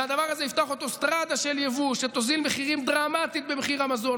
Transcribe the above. והדבר הזה יפתח אוטוסטרדה של יבוא שתוריד דרמטית מחירים במזון,